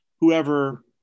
whoever